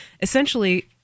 essentially